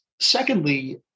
Secondly